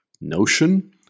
notion